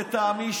לטעמי,